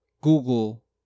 Google